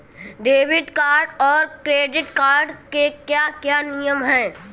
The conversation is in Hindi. डेबिट कार्ड और क्रेडिट कार्ड के क्या क्या नियम हैं?